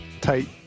tight